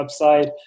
website